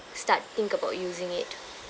start think about using it